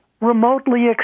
remotely